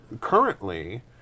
currently